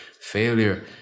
Failure